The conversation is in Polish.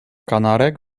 kanarek